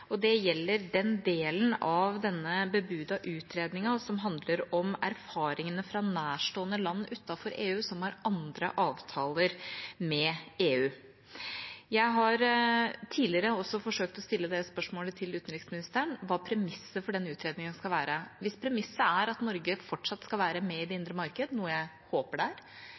Det gjelder den delen av den bebudede utredningen som skal handle om erfaringene fra nærstående land utenfor EU som har andre avtaler med EU. Jeg har også tidligere forsøkt å stille det spørsmålet til utenriksministeren, hva premisset for den utredningen skal være. Hvis premisset er at Norge fortsatt skal være med i det indre marked – noe jeg håper